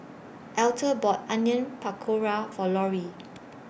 Alta bought Onion Pakora For Lorri